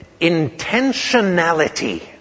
intentionality